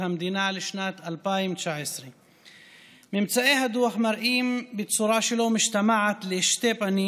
לשנת 2019". ממצאי הדוח מראים בצורה שלא משתמעת לשתי פנים